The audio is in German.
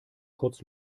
kurz